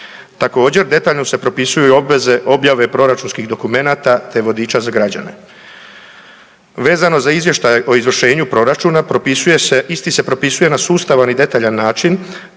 Također, detaljno se propisuju obveze objave proračunskih dokumenata te vodiča za građane. Vezano za izvještaj o izvršenju proračuna propisuje se, isti se propisuje na sustav i detaljan način,